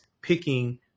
picking